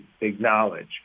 acknowledge